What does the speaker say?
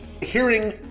hearing